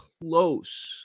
close